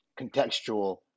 contextual